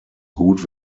gut